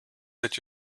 that